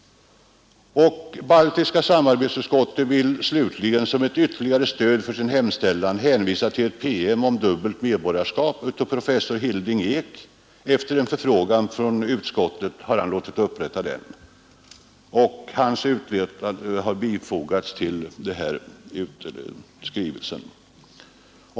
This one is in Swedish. Baltiska samarbetsutskottet vill slutligen som ytterligare stöd för sin hemställan hänvisa till en PM om dubbelt medborgarskap som professor Hilding Eek efter en förfrågan från utskottet låtit upprätta. Professor Eeks utlåtande är bifogat till utskottets skrivelse.